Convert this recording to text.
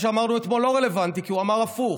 מה שאמרנו אתמול לא רלוונטי, כי הוא אמר הפוך.